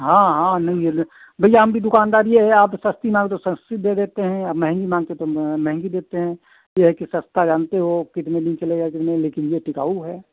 हाँ हाँ नहीं यह ले भैया हम भी दुकानदार ही है आप सस्ती माँगो तो सस्ती दे देते हैं आप महंगी माँगते तो महंगी देते हैं यह है कि सस्ता जानते हो वह कितने दिन चलेगा कितने लेकिन यह टिकाऊ है